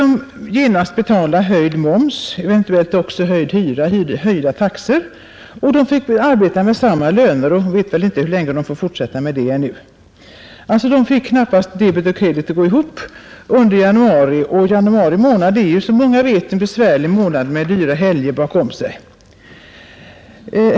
Dessutom måste de genast betala höjd moms, eventuellt också höjd hyra och höjda taxor. Däremot arbetade de för samma löner som tidigare, och de vet väl inte i dag heller hur länge de får fortsätta med det. De fick alltså inte debet och kredit att gå ihop — och januari är som bekant en besvärlig månad med dyra helger bakom sig.